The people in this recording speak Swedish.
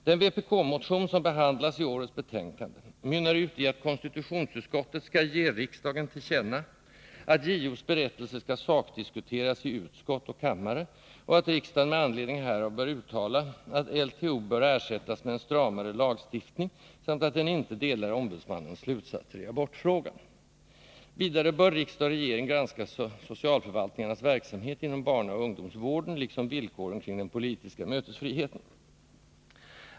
Den vpk-motion, som behandlas i årets betänkande, mynnar ut i att konstitutionsutskottet skall ge riksdagen till känna att JO:s berättelse skall sakdiskuteras i utskott och kammare och att riksdagen med anledning härav bör uttala att LTO bör ersättas med en stramare lagstiftning samt ait den inte delar ombudsmannens slutsatser i abortfrågan. Vidare bör riksdag och regering granska socialförvaltningarnas verksamhet inom barnaoch ungdomsvården liksom villkoren kring den politiska mötesfriheten.